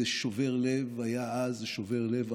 זה היה שובר לב אז, זה שובר לב עכשיו.